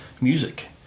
music